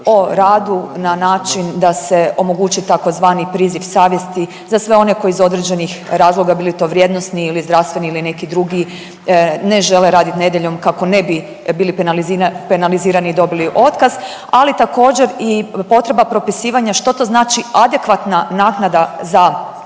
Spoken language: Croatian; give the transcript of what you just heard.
o radu na način da se omogući tzv. priziv savjesti za sve one koji iz određenih razloga bili to vrijednosni ili zdravstveni ili neki drugi ne žele raditi nedjeljom kako ne bi bili penalizirani i dobili otkaz, ali također i potreba propisivanja što to znači adekvatna naknada za rad